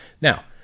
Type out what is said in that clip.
now